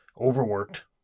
overworked